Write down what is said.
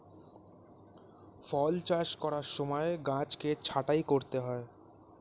ফল চাষ করার সময় গাছকে ছাঁটাই করতে হয়